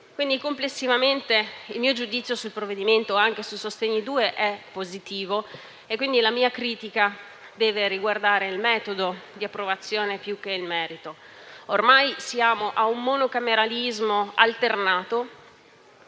misura. Complessivamente il mio giudizio sul provvedimento è positivo e quindi la mia critica riguarda il metodo di approvazione più che il merito. Ormai siamo a un monocameralismo alternato;